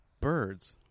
birds